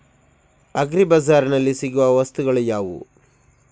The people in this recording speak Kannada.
ಅಗ್ರಿ ಬಜಾರ್ನಲ್ಲಿ ಸಿಗುವ ವಸ್ತುಗಳು ಯಾವುವು?